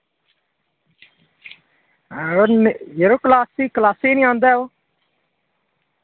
हां नेईं यरो क्लासे क्लासे नि आंदा ऐ ओह्